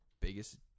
biggest